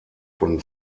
von